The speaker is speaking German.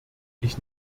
ich